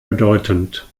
bedeutend